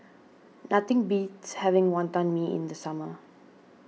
nothing beats having Wonton Mee in the summer